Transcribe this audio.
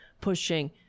pushing